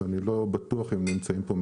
שאני לא בטוח אם הם נמצאים פה,